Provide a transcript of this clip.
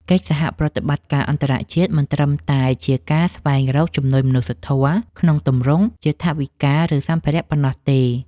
កិច្ចសហប្រតិបត្តិការអន្តរជាតិមិនត្រឹមតែជាការស្វែងរកជំនួយមនុស្សធម៌ក្នុងទម្រង់ជាថវិកា ឬសម្ភារៈប៉ុណ្ណោះទេ។